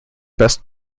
best